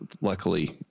luckily